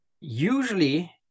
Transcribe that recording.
usually